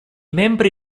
membri